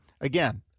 again